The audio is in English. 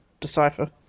decipher